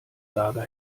lager